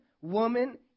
woman